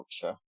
culture